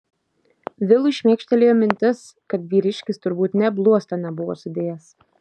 vilui šmėkštelėjo mintis kad vyriškis turbūt nė bluosto nebuvo sudėjęs